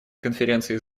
конференции